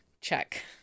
check